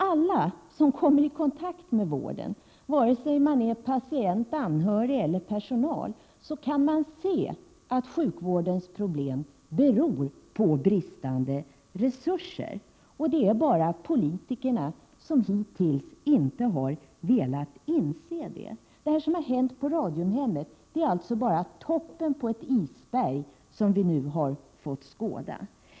Alla som kommer i kontakt med vården — vare sig man är patient, anhörig eller personal — kan se att sjukvårdens problem beror på brist på resurser. Det är bara politikerna som hittills inte har velat inse det. Det som har hänt på Radiumhemmet är bara toppen på ett isberg, som vi nu har fått skåda.